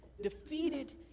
defeated